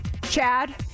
Chad